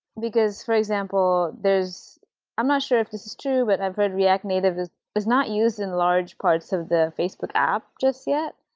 because, for example, there's i'm not sure if this is true, but i've heard react native is is not used in large parts of the facebook app just yet,